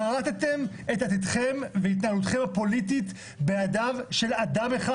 כרתם את עתידכם והתנהלותכם הפוליטית בידיו של אדם אחד,